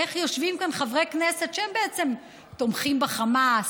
איך יושבים כאן חברי כנסת שהם בעצם תומכים בחמאס.